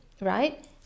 right